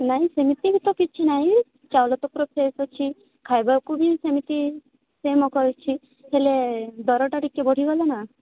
ନାହି ସେମିତି ବି ତ କିଛି ନାହି ଚାଉଳ ତ ପୂରା ଫ୍ରେସ୍ ଅଛି ଖାଇବାକୁ ବି ସେମିତି କରିଛି ହେଲେ ଦରଟା ଟିକେ ବଢ଼ି ଗଲା ନା